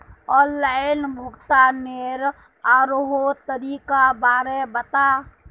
online भुग्तानेर आरोह तरीकार बारे बता